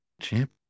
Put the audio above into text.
champ